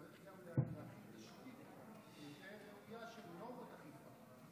צריך להכין תשתית יותר ראויה של נורמת אכיפה.